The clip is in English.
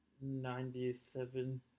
ninety-seven